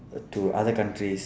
to other countries